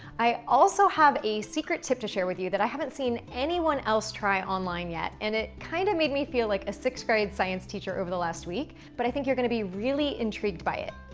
i also have a secret tip to share with you that i haven't seen anyone else try online yet, and it kinda made me feel like a sixth grade science teacher over the last week, but i think you're gonna be really intrigued by it.